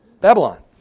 Babylon